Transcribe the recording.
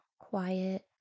quiet